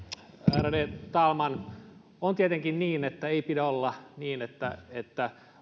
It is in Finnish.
ärade talman on tietenkin niin että ei pidä olla niin että että